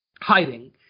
hiding